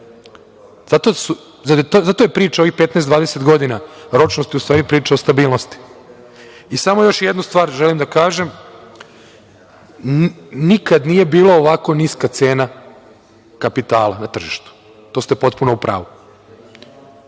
Zato je priča ovih 15-20 godina ročnosti u stvari priča o stabilnosti. Samo još jednu stvar želim da kažem. Nikada nije bila ovako niska cena kapitala na tržištu, to ste potpuno u pravu.